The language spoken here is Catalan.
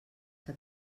que